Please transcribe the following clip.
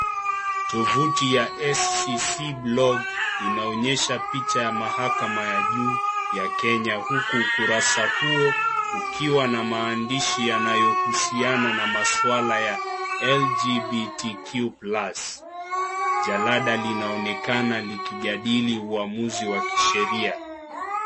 Tovuti ya SCC BLOG inaonyesha picha ya mahakama ya juu ya Kenya huku ukurasa huo ukiwa na maandishi yanayohusiana na maswala ya LGBTQ+ . Jalada linaonekana liki jadilli uamuzi wa kisheria.